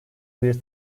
bir